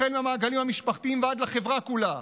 מהמעגלים המשפחתיים ועד לחברה כולה.